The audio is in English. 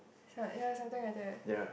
it was ya something like that